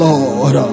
Lord